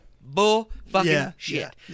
bull-fucking-shit